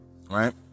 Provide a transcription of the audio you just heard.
Right